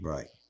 Right